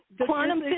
Quantum